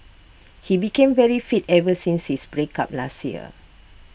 he became very fit ever since his break up last year